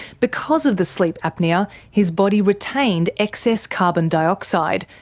because of the sleep apnoea, his body retained excess carbon dioxide,